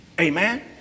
Amen